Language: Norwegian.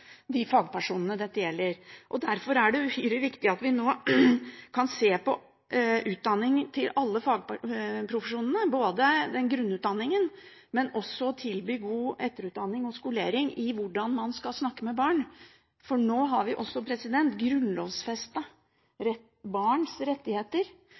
Derfor er det uhyre viktig at vi nå kan se på utdanningen til alle fagprofesjonene – grunnutdanningen, men også tilby god etterutdanning og skolering i hvordan man skal snakke med barn. Nå har vi også grunnlovfestet barns rettigheter